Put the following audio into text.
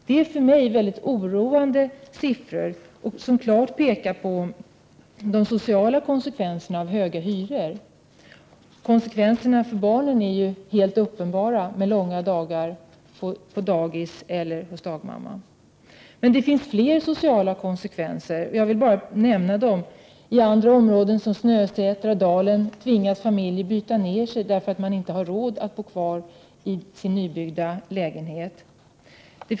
Det här är för mig väldigt oroande siffror, vilka klart pekar på de sociala konsekvenserna av höga hyror. Konsekvenserna för barnen är också helt uppenbara: långa dagar på dagis eller hos dagmamma. Men det finns fler sociala konsekvenser. I andra områden —t.ex. i Snösätra och Dalen — tvingas familjer byta ned sig, därför att man inte har råd att bo kvar i sina nybyggda lägenheter.